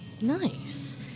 nice